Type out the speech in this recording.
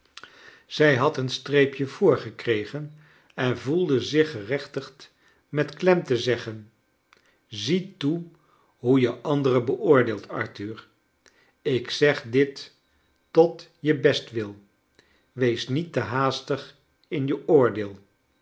zij had een streepje voor geregen en voelde zich gerechtigd met klem te zeggen zie toe hoe je anderen beoordeelt arthur ik zeg dit tot je bestwil wees niet te haastig in je oordeel